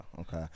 okay